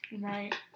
right